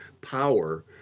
power